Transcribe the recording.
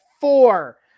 four